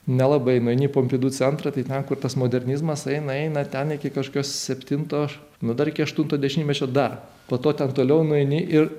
nelabai nueini į pompidu centrą tai ten kur tas modernizmas eina eina ten iki kažkas septinto nu dar iki aštunto dešimtmečio dar po to ten toliau nueini ir